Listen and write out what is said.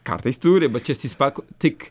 kartais turi bečiasispakų tik